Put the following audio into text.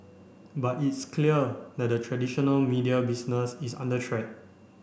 but it's clear that the traditional media business is under threat